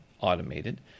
automated